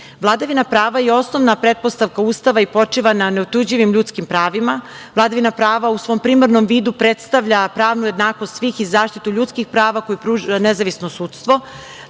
prava je osnovna pretpostavka Ustava i počiva na neotuđivim ljudskim pravima. Vladavina prava u svom primarnom vidu predstavlja pravnu jednakost svih i zaštitu ljudskih prava koju pruža nezavisno sudstvo.